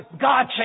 God